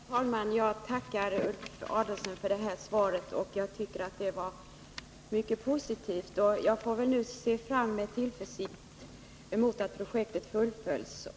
Herr talman! Jag tackar Ulf Adelsohn för detta besked. Jag tycker det var mycket positivt. Jag får väl nu med tillförsikt se fram emot att projektet fullföljs.